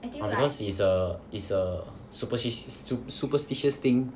oh cause is a is a supersti~ superstitious thing